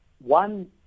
One